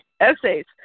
essays